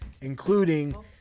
including